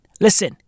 listen